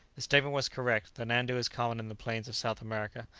the statement was correct the nandu is common in the plains of south america,